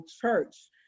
church